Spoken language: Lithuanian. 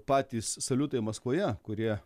patys saliutai maskvoje kurie